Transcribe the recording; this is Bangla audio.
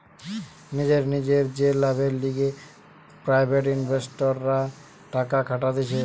নিজের নিজের যে লাভের লিগে প্রাইভেট ইনভেস্টররা টাকা খাটাতিছে